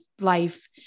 life